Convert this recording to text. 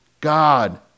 God